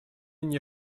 nie